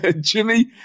Jimmy